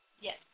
Yes